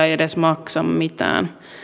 ei edes maksa mitään